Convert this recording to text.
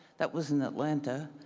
that was in atlanta,